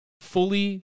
fully